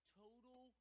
total